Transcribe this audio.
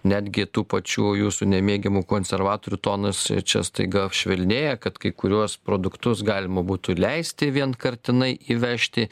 netgi tų pačių jūsų nemėgiamų konservatorių tonas čia staiga švelnėja kad kai kuriuos produktus galima būtų leisti vienkartinai įvežti